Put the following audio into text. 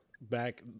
back